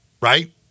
right